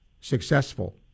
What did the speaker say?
successful